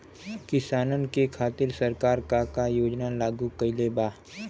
किसानन के खातिर सरकार का का योजना लागू कईले बा?